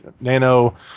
Nano